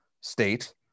state